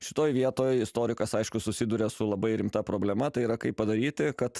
šitoj vietoj istorikas aišku susiduria su labai rimta problema tai yra kaip padaryti kad